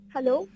Hello